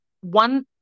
one